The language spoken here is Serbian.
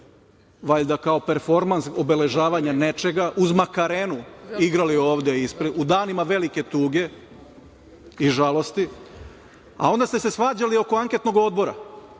valjda, kao performans obeležavanja nečega, uz „Makarenu“ igrali ovde ispred u danima velike tuge i žalosti, a onda ste se svađali oko Anketnog odbora,